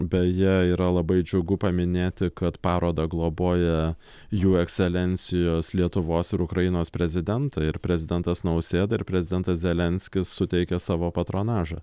beje yra labai džiugu paminėti kad parodą globoja jų ekscelencijos lietuvos ir ukrainos prezidentai ir prezidentas nausėda ir prezidentas zelenskis suteikė savo patronažą